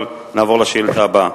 אבל נעבור לשאילתא הבאה.